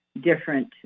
different